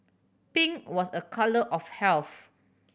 pink was a colour of health